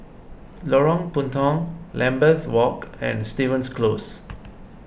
Lorong Puntong Lambeth Walk and Stevens Close